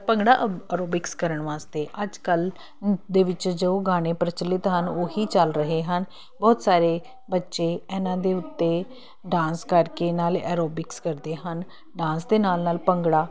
bhangra aerobics ਕਰਨ ਵਾਸਤੇ ਅੱਜ ਕੱਲ ਦੇ ਵਿੱਚ ਜੋ ਗਾਣੇ ਪ੍ਰਚਲਿਤ ਹਨ ਉਹੀ ਚੱਲ ਰਹੇ ਹਨ ਬਹੁਤ ਸਾਰੇ ਬੱਚੇ ਇਹਨਾਂ ਦੇ ਉੱਤੇ ਡਾਂਸ ਕਰਕੇ ਨਾਲ ਆਰੋਬਿਕਸ ਕਰਦੇ ਹਨ ਡਾਂਸ ਦੇ ਨਾਲ ਨਾਲ ਭੰਗੜਾ